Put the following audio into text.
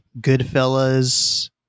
Goodfellas